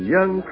Young